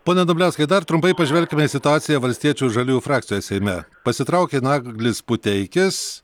pone dumbliauskai dar trumpai pažvelkim į situaciją valstiečių ir žaliųjų frakcijoje seime pasitraukė naglis puteikis